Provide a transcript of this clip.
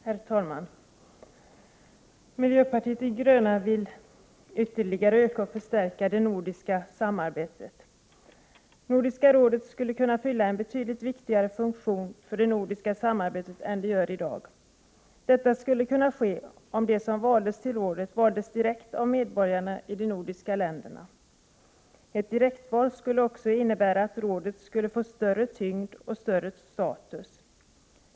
Herr talman! Miljöpartiet de gröna vill ytterligare öka och förstärka det nordiska samarbetet. Nordiska rådet skulle kunna fylla en betydligt viktigare funktion för det nordiska samarbetet än det gör i dag. Detta skulle kunna ske om de som valdes till rådet valdes direkt av medborgarna i de nordiska länderna. Ett direktval skulle också innebära att rådet skulle få större tyngd och högre status.